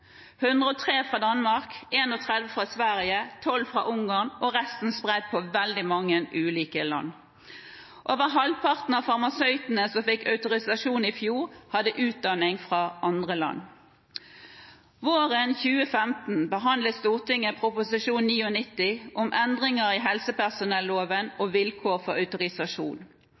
Danmark, 3l i Sverige og 12 i Ungarn. Resten var spredt på veldig mange ulike land. Over halvparten av farmasøytene som fikk autorisasjon i fjor, hadde utdanning fra andre land. Våren 2015 behandlet Stortinget Prop. 99 L for 2014–2015, Endringer i helsepersonelloven